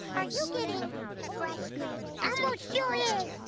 are you getting frustrated? elmo sure is.